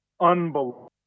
unbelievable